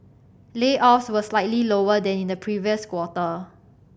layoffs were slightly lower than in the previous quarter